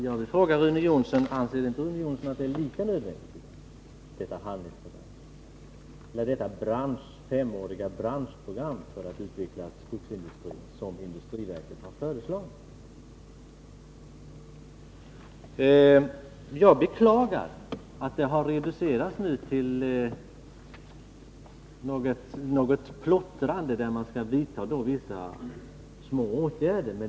Jag vill fråga Rune Jonsson om han i dag inte anser att det är lika nödvändigt med detta handlingsprogram eller med det femåriga branschprogram för att utveckla skogsindustrin som industriverket föreslagit. Jag beklagar att det vi var överens om då har reducerats till ett ”plottrande” genom att det som nu föreslås bara är vissa smärre åtgärder.